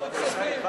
מה מציעים המציעים?